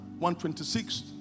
126